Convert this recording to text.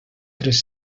tres